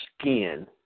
skin